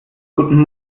guten